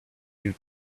you